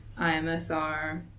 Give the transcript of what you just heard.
IMSR